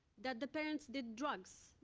that the parents did drugs,